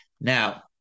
Now